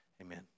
Amen